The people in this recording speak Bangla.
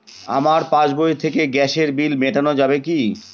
আমার পাসবই থেকে গ্যাসের বিল মেটানো যাবে কি?